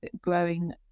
growing